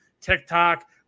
TikTok